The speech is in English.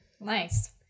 Nice